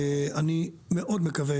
אני מאוד מקווה